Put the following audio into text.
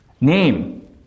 Name